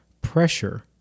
pressure